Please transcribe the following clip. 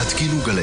בוקר